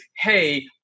hey